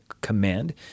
command